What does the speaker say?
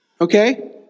Okay